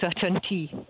certainty